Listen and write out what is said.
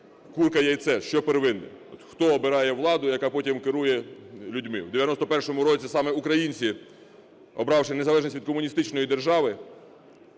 курка і яйце – що первинне? Хто обирає владу, яка потім керує людьми? В 91-му році саме українці, обравши незалежність від комуністичної держави,